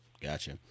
Gotcha